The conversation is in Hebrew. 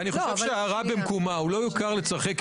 הגוף של האדם אחרי מותו הוא לא רכוש של אף אחד.